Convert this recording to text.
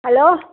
hello